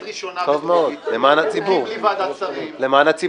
-- למעט ראשונה --- בלי ועדת שרים -- טוב מאוד.